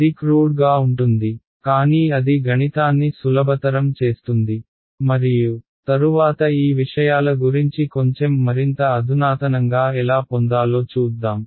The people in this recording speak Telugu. ఇది క్రూడ్ గా ఉంటుంది కానీ అది గణితాన్ని సులభతరం చేస్తుంది మరియు తరువాత ఈ విషయాల గురించి కొంచెం మరింత అధునాతనంగా ఎలా పొందాలో చూద్దాం